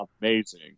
amazing